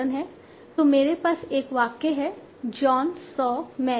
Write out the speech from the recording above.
तो मेरे पास एक वाक्य है जॉन सॉ मैरी